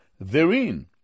therein